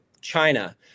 China